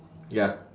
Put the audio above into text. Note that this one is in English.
ya